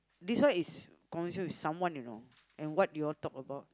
this one is conversation with someone you know and what you all talk about